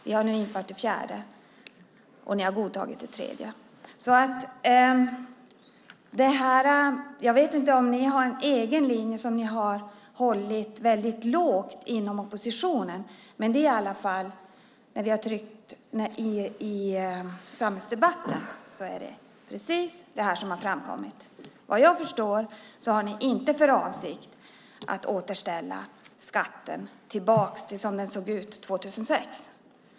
Vi har nu infört det fjärde, och ni har godtagit det tredje. Jag vet inte om ni har en egen linje som ni har hållit väldigt lågt inom oppositionen, men i samhällsdebatten är det i alla fall precis detta som har framkommit. Vad jag förstår har ni inte för avsikt att återställa skatten som den såg ut 2006.